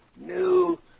new